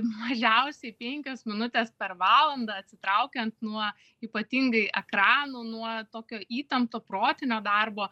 mažiausiai penkios minutės per valandą atsitraukiant nuo ypatingai ekranų nuo tokio įtempto protinio darbo